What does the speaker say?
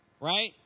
right